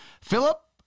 Philip